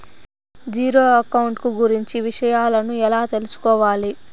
Zero account కు గురించి విషయాలను ఎలా తెలుసుకోవాలి?